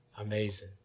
Amazing